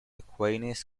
aquinas